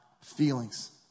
feelings